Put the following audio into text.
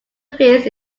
appears